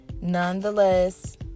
nonetheless